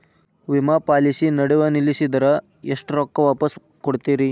ವಿಮಾ ಪಾಲಿಸಿ ನಡುವ ನಿಲ್ಲಸಿದ್ರ ಎಷ್ಟ ರೊಕ್ಕ ವಾಪಸ್ ಕೊಡ್ತೇರಿ?